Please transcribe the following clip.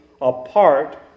apart